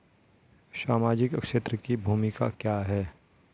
सामाजिक क्षेत्र की भूमिका क्या है?